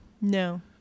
no